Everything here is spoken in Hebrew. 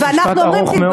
משפט ארוך מאוד.